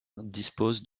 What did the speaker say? disposent